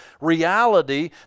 reality